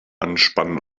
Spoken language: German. anspannen